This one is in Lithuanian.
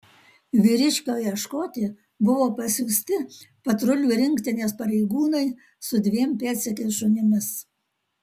vyriškio ieškoti buvo pasiųsti patrulių rinktinės pareigūnai su dviem pėdsekiais šunimis